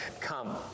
come